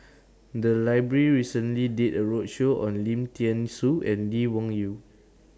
The Library recently did A roadshow on Lim Thean Soo and Lee Wung Yew